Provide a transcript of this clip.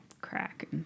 crack